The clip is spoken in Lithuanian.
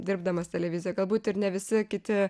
dirbdamas televizijo galbūt ir ne visi kiti